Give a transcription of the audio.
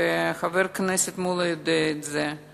וחבר הכנסת מולה יודע את זה,